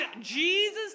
Jesus